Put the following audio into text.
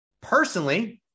Personally